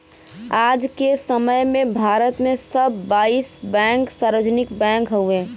आज के समय में भारत में सब बाईस बैंक सार्वजनिक बैंक हउवे